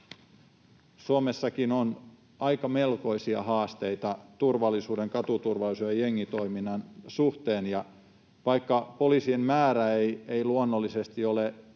Suomessakin on melkoisia haasteita turvallisuuden, katuturvallisuuden ja jengitoiminnan, suhteen. Vaikka poliisien määrä ei luonnollisesti ole